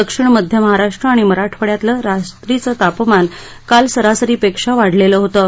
दक्षिण मध्य महाराष्ट्र आणि मराठवाड्यातलं रात्रीचं तापमान काल सरासरीपेक्षा वाढलेलं होतं